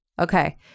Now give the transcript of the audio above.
Okay